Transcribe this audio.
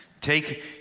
Take